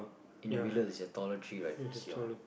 in the middle is a taller tree right is your